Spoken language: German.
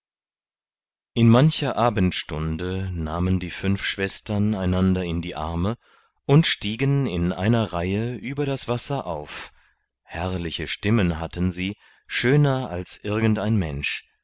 in mancher abendstunde nahmen die fünf schwestern einander in die arme und stiegen in einer reihe über das wasser auf herrliche stimmen hatten sie schöner als irgend ein mensch